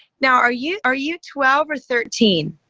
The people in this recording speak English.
now are you are you twelve or thirteen?